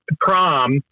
prom